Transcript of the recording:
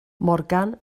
morgan